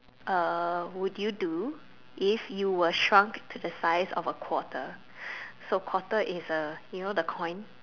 uh would you do if you were shrunk to the size of a quarter so quarter is a you know the coin